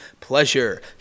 pleasure